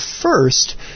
first